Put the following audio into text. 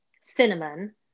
cinnamon